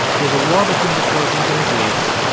there's a war between the trojans and the greeks,